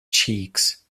cheeks